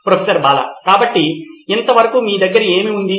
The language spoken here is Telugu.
ప్రొఫెసర్ బాలా కాబట్టి ఇంతవరకు మీ దగ్గర ఏమి ఉంది